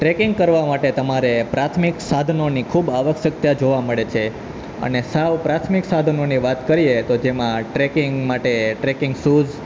tracking કરવા માટે તમારે પ્રાથમિક સાધનોની ખૂબ આવશ્યકતા જોવા મળે છે અને સાવ પ્રાથમિક સાધનોની વાત કરીએ તો જેમાં આ ટ્રેકિંગ માટે ટ્રેકિંગ શૂઝ